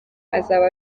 azaba